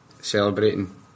Celebrating